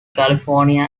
california